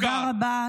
תודה רבה.